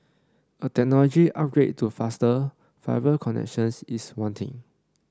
a technology upgrade to faster fiber connections is wanting